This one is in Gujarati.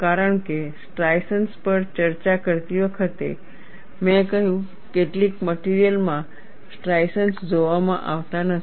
કારણ કે સ્ટ્રાઈશન્સ પર ચર્ચા કરતી વખતે મેં કહ્યું કેટલીક મટિરિયલ માં સ્ટ્રાઈશન્સ જોવામાં આવતા નથી